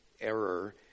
error